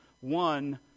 one